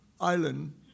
island